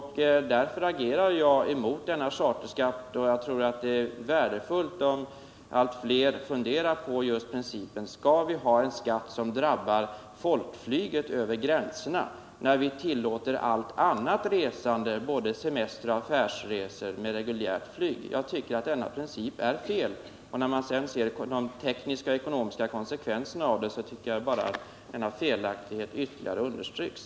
Därför agerar jag mot charterskatten. Jag tror att det är värdefullt om allt fler funderar på principen: Skall vi ha en skatt som drabbar folkflyget över gränserna, när vi tillåter allt annat resande, både semesteroch affärsresor, med reguljärt flyg? Jag tycker att den principen är felaktig. När man sedan ser de tekniska och ekonomiska konsekvenserna tycker jag att felet ytterligare understryks.